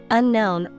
unknown